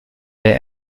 der